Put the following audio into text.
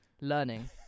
Learning